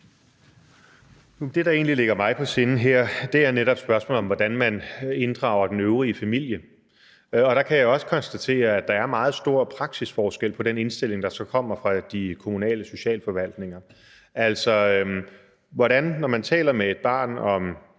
Det, der egentlig ligger mig på sinde her, er netop spørgsmålet om, hvordan man inddrager den øvrige familie, og der kan jeg også konstatere, at der er meget stor praksisforskel på den indstilling, der så kommer fra de kommunale socialforvaltninger. Altså, når man taler med et måske